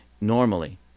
normally